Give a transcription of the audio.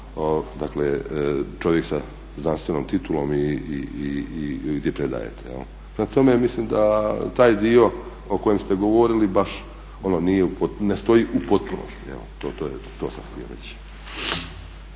dakle čovjek sa znanstvenom titulom i gdje predajete. Prema tome, ja mislim da taj dio o kojem ste govorili baš ono nije, ne stoji u potpunosti, to sam htio reći.